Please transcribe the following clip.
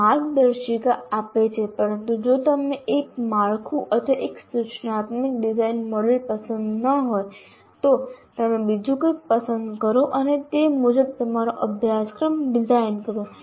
તે માર્ગદર્શિકા આપે છે પરંતુ જો તમને એક માળખું અથવા એક સૂચનાત્મક ડિઝાઇન મોડેલ પસંદ ન હોય તો તમે બીજું કંઈક પસંદ કરો અને તે મુજબ તમારો અભ્યાસક્રમ ડિઝાઇન કરો